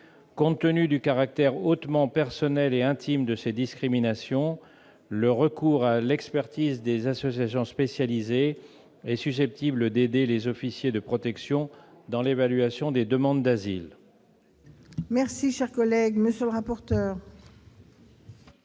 Compte tenu du caractère hautement personnel et intime de ces discriminations, le recours à l'expertise des associations spécialisées est susceptible d'aider les officiers de protection dans l'évaluation des demandes d'asile. Quel est l'avis de la